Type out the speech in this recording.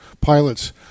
pilots